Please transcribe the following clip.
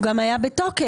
גם היה בתוקף.